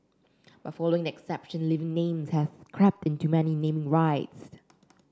but following exception living names have crept into many naming rights